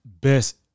best